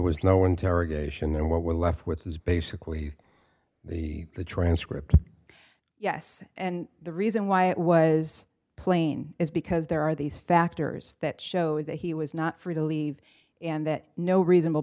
was no interrogation and what we're left with is basically the the transcript yes and the reason why it was plain is because there are these factors that show that he was not free to leave and that no reasonable